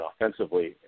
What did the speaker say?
offensively